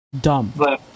Dumb